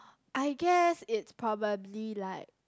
I guess is probably like